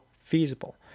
feasible